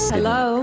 Hello